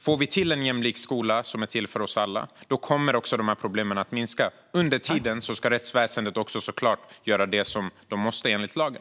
Får vi till en jämlik skola som är till för oss alla kommer också de här problemen att minska. Under tiden ska rättsväsendet också såklart göra det som det måste enligt lagen.